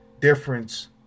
difference